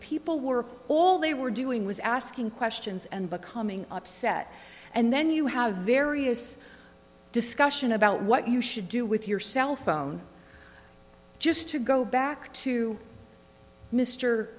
people were all they were doing was asking questions and becoming upset and then you have various discussion about what you should do with your cell phone just to go back to mr